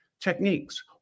techniques